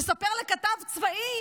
מספר לכתב צבאי